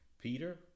Peter